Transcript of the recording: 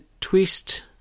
twist